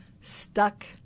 stuck